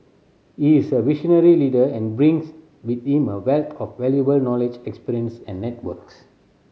he is a visionary leader and brings with him a wealth of valuable knowledge experience and networks